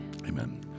Amen